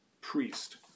Priest